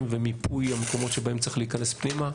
ומיפוי המקומות שבהם צריך להיכנס פנימה.